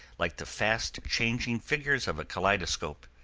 like the fast changing figures of a kaleidoscope.